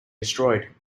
destroyed